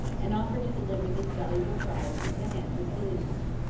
and offered to deliver this valuable prize into the hands of soliman.